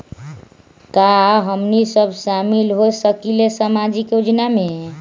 का हमनी साब शामिल होसकीला सामाजिक योजना मे?